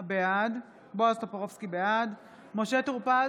נוכחת מכלוף מיקי זוהר,